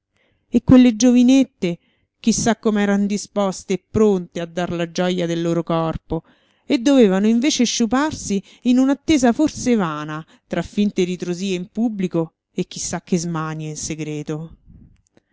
e quelle giovinette chi sa com'eran disposte e pronte a dar la gioja del loro corpo e dovevano invece sciuparsi in un'attesa forse vana tra finte ritrosie in pubblico e chi sa che smanie in segreto